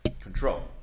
control